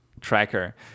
tracker